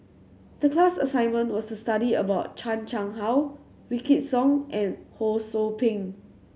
the class assignment was to study about Chan Chang How Wykidd Song and Ho Sou Ping